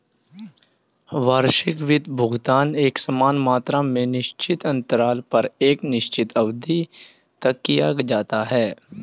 वार्षिक वित्त भुगतान एकसमान मात्रा में निश्चित अन्तराल पर एक निश्चित अवधि तक किया जाता है